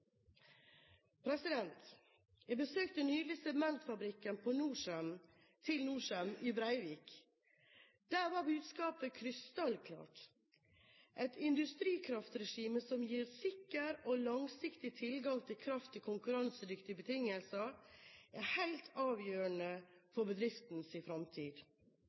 budskapet. Jeg besøkte nylig sementfabrikken til Norcem i Brevik. Der var budskapet krystallklart: Et industrikraftregime som gir sikker og langsiktig tilgang til kraft til konkurransedyktige betingelser, er helt avgjørende for